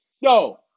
Yo